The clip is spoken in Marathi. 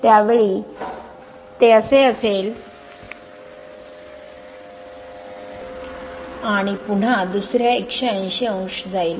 त्यामुळे त्या वेळी ते असे असेल आणि पुन्हा दुसर्या 180 o जाईल